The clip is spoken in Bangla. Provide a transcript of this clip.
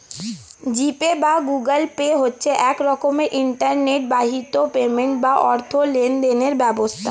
জি পে বা গুগল পে হচ্ছে এক রকমের ইন্টারনেট বাহিত পেমেন্ট বা অর্থ লেনদেনের ব্যবস্থা